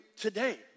today